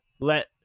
Let